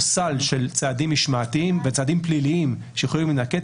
סל של צעדים משמעתיים וצעדים פליליים שיכולים להינקט.